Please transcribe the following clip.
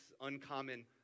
uncommon